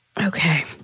Okay